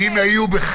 לא.